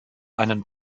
einen